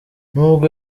nubwo